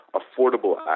affordable